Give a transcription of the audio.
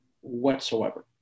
whatsoever